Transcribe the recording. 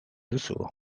duzu